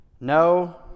No